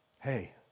hey